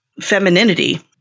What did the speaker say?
femininity